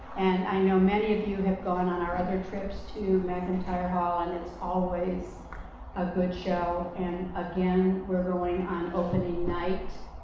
and i know many of you have gone on our other trips to mcintyre hall. and it's always a good show. and again, we're going on opening night.